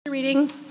reading